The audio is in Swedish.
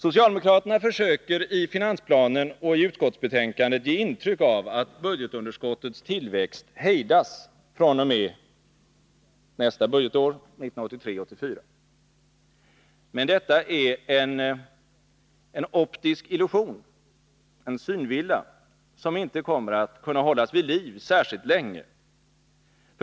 Socialdemokraterna försöker i finansplanen och i utskottsbetänkandet ge intryck av att budgetunderskottets tillväxt hejdas fr.o.m. budgetåret 1983/84. Men detta är en optisk illusion, som inte kommer att kunna hållas vid liv särskilt länge.